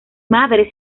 madre